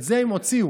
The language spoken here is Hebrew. את זה הם הוציאו.